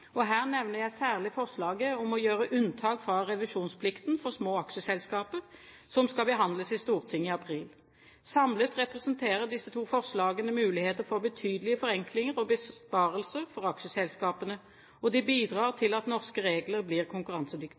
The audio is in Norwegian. regjeringen. Her nevner jeg særlig forslaget om å gjøre unntak fra revisjonsplikten for små aksjeselskaper, som skal behandles i Stortinget i april. Samlet representerer disse to forslagene muligheter for betydelige forenklinger og besparelser for aksjeselskapene, og de bidrar til at norske regler blir